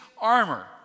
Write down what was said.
armor